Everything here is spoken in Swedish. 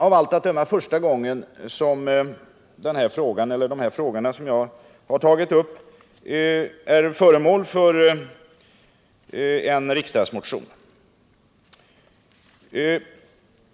Av allt att döma är det första gången som de frågor jag tagit upp är föremål för en riksdagsmotion.